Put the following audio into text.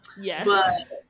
yes